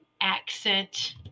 accent